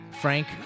Frank